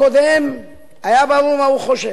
אצל נתניהו הקודם היה ברור מה הוא חושב.